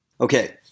Okay